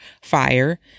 fire